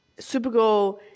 Supergirl